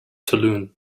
toulon